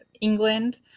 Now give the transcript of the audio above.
England